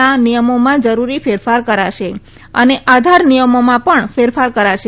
ના નિયમોમાં જરૂરી ફેરફાર કરાશે અને આધાર નિયમોમાં પણ ફેરફાર કરાશે